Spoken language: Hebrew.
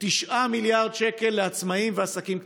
9 מיליארד שקל לעצמאים ועסקים קטנים,